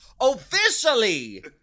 officially